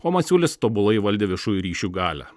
o masiulis tobulai valdė viešųjų ryšių galią